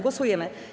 Głosujemy.